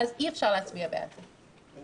אז אי-אפשר להצביע בעד זה.